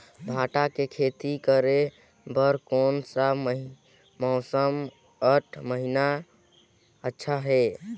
भांटा के खेती करे बार कोन सा मौसम अउ महीना अच्छा हे?